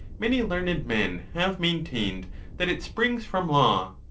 many learned men have maintained that it springs from law.